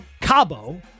Cabo